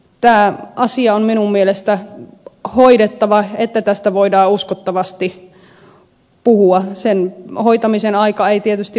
tämä asia on minun mielestäni hoidettava että tästä voidaan uskottavasti puhua sen hoitamisen aika ei tietysti